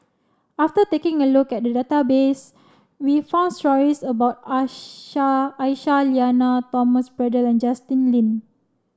after taking a look at the database we found stories about Aisyah Lyana Thomas Braddell Justin Lean